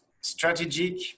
strategic